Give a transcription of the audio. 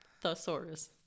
Thesaurus